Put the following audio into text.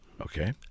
Okay